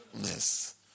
Yes